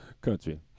country